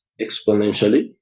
exponentially